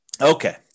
okay